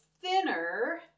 thinner